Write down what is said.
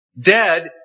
Dead